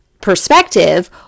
perspective